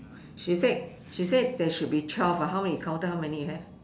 she said she said there should be twelve how many you counted how many you have